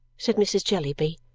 said mrs. jellyby.